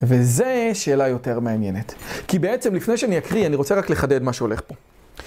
וזו שאלה יותר מעניינת, כי בעצם לפני שאני אקריא, אני רוצה רק לחדד מה שהולך פה.